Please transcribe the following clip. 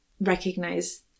recognize